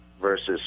versus